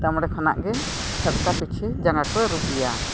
ᱛᱟᱭᱚᱢ ᱨᱮ ᱠᱷᱚᱱᱟᱜ ᱜᱮ ᱪᱷᱟᱴᱠᱟ ᱯᱤᱪᱷᱤ ᱡᱟᱸᱜᱟ ᱠᱚ ᱟᱹᱨᱩᱵᱮᱭᱟ